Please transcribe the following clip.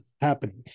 happening